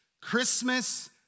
Christmas